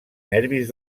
nervis